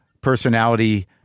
personality